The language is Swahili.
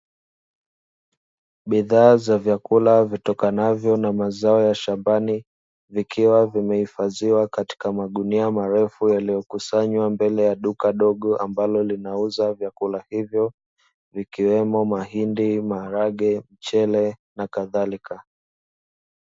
Bidhaa za vyakula vitokanavyo na mazao ya shambani vikiwa vimehifadhiwa katika magunia marefu yaliyokusanywa mbele ya duka dogo ambalo linauza vyakula hivyo, vikiwemo mahindi, maharage, mchele na kadhalika